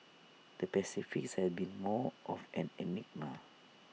the Pacific has been more of an enigma